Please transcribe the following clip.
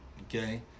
Okay